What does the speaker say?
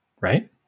right